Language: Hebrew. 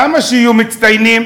למה שיהיו מצטיינים?